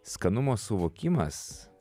skanumo suvokimas